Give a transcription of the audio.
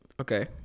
okay